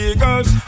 girls